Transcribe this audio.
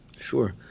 Sure